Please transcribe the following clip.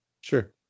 Sure